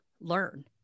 learn